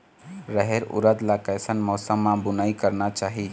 रहेर उरद ला कैसन मौसम मा बुनई करना चाही?